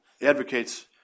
advocates